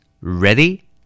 Ready